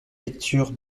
lectures